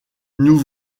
nous